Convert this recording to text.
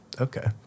Okay